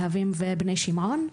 להבים ובני שמעון,